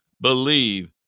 believe